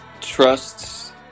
trusts